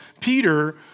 Peter